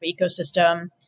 ecosystem